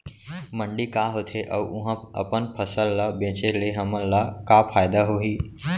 मंडी का होथे अऊ उहा अपन फसल ला बेचे ले हमन ला का फायदा होही?